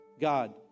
God